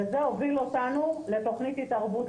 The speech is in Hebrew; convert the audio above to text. זה הוביל אותנו לתוכנית התערבות,